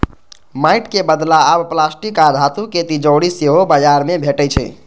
माटिक बदला आब प्लास्टिक आ धातुक तिजौरी सेहो बाजार मे भेटै छै